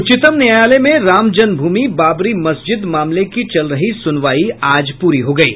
उच्चतम न्यायालय में राम जन्मभूमि बाबरी मस्जिद मामले की चल रही सूनवाई आज प्री हो गयी